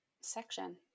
section